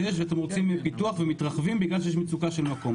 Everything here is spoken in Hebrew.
שאתם רוצים פיתוח ומתרחבים בגלל שיש מצוקה של מקום.